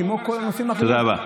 כמו בכל הנושאים האחרים,